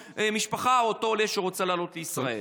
משפחה או לאותו עולה שרוצים לעלות לישראל.